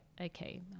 okay